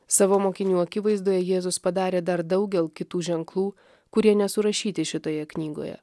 savo mokinių akivaizdoje jėzus padarė dar daugel kitų ženklų kurie nesurašyti šitoje knygoje